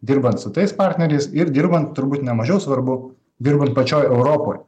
dirbant su tais partneriais ir dirbant turbūt ne mažiau svarbu dirbant pačioj europoj